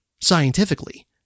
scientifically